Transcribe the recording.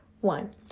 One